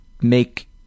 make